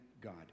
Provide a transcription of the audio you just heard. God